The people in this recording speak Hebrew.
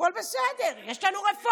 הכול בסדר, יש לנו רפורמה.